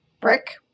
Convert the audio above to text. brick